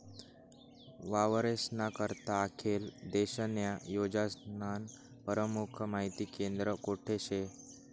वावरेस्ना करता आखेल देशन्या योजनास्नं परमुख माहिती केंद्र कोठे शे?